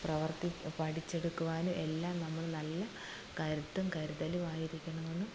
പ്രവർത്തി പഠിച്ചെടുക്കുവാനും എല്ലാം നമ്മള് നല്ല കരുത്തും കരുതലുമായിരിക്കണമെന്ന്